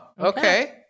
Okay